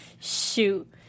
shoot